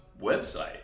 website